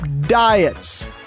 Diets